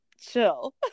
chill